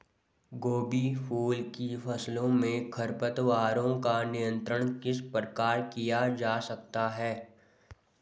गोभी फूल की फसलों में खरपतवारों का नियंत्रण किस प्रकार किया जा सकता है?